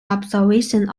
observation